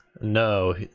no